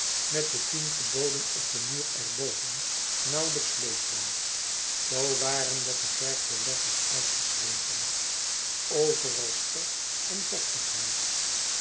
met de tien geboden op den muur er boven nauwelijks leesbaar zoo waren de geverwde letters uitgesleten overal stof en vochtigheid